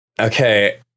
Okay